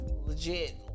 Legit